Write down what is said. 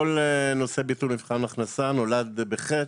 כל נושא ביטול מבחן הכנסה נולד בחטא,